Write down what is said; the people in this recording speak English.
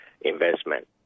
investment